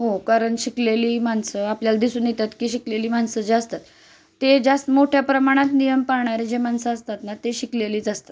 हो कारण शिकलेली माणसं आपल्याला दिसून येतात की शिकलेली माणसं जे असतात ते जास्त मोठ्या प्रमाणात नियम पाळणारे जे माणसं असतात ना ते शिकलेलेच असतात